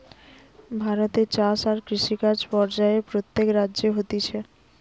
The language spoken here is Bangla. ভারতে চাষ আর কৃষিকাজ পর্যায়ে প্রত্যেক রাজ্যে হতিছে